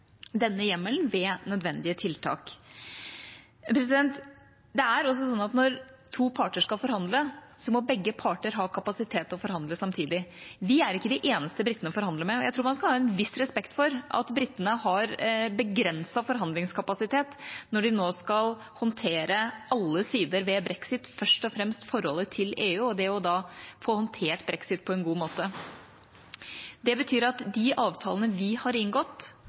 denne hjemmelen ved nødvendige tiltak. Det er også slik at når to parter skal forhandle, må begge parter ha kapasitet til å forhandle samtidig. Vi er ikke de eneste britene forhandler med, og jeg tror man skal ha en viss respekt for at britene har begrenset forhandlingskapasitet når de nå skal håndtere alle sider ved brexit, først og fremst forholdet til EU og det å få håndtert brexit på en god måte. Det betyr at de avtalene vi har inngått,